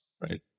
right